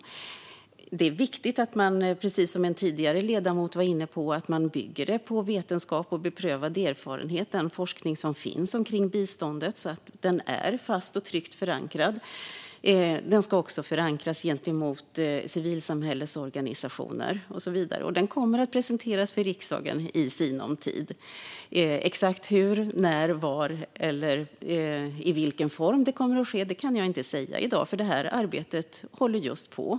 Precis som en ledamot var inne på här tidigare är det viktigt att man bygger agendan på vetenskap, beprövad erfarenhet och den forskning som finns om biståndet så att den är fast och tryggt förankrad. Agendan ska också förankras gentemot civilsamhällets organisationer och så vidare. Den kommer att presenteras för riksdagen i sinom tid - exakt hur, när, var och i vilken form det kommer att ske kan jag inte säga i dag, för arbetet håller på just nu.